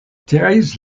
thérèse